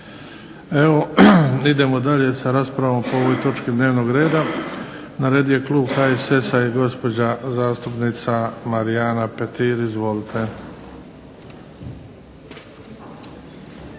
Evo idemo dalje sa raspravom po ovoj točki dnevnog reda. Na redu je klub HSS-a i gospođa zastupnica Marijana Petir. Izvolite.